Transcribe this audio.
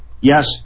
Yes